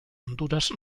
honduras